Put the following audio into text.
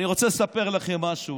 אני רוצה לספר לכם משהו,